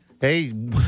Hey